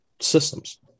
systems